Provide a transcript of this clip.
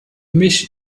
mich